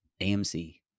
AMC